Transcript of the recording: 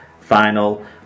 Final